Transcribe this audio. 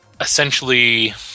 essentially